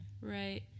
right